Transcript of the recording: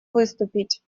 выступить